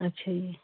ਅੱਛਾ ਜੀ